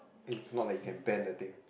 is not like you can bend the thing